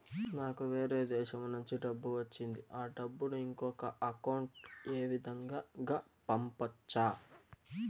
నాకు వేరే దేశము నుంచి డబ్బు వచ్చింది ఆ డబ్బును ఇంకొక అకౌంట్ ఏ విధంగా గ పంపొచ్చా?